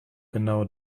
genau